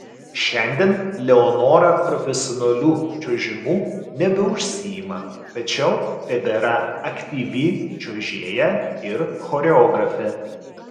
šiandien leonora profesionaliu čiuožimu nebeužsiima tačiau tebėra aktyvi čiuožėja ir choreografė